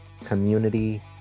community